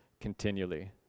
continually